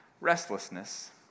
restlessness